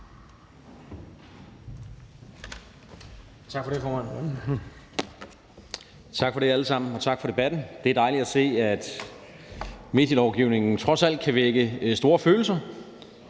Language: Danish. Tak for det, formand. Tak for det, alle sammen, og tak for debatten. Det er dejligt at se, at medielovgivningen trods alt kan vække store følelser